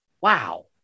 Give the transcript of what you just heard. wow